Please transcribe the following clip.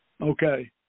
okay